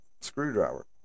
screwdriver